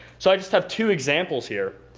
so i just have two examples here.